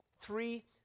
Three